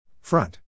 Front